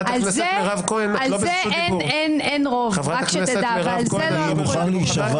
על זה אין רוב, רק שתדע, ועל זה לא הלכו לבחירות.